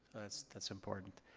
that's important.